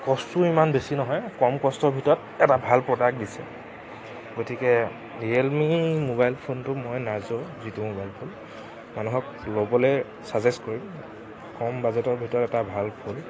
কষ্টো ইমান বেছি নহয় কম কষ্টৰ ভিতৰত এটা ভাল প্ৰডাক্ট দিছে গতিকে ৰিয়েল মি মোবাইল ফোনটো মই নাৰ জ' যিটো মোবাইল ফোন মানুহক ল'বলে চাজেছ কৰিম কম বাজেটৰ ভিতৰত এটা ভাল ফোন